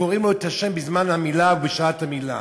שקוראים לו את השם בזמן המילה ובשעת המילה.